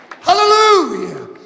Hallelujah